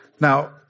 Now